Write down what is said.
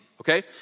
okay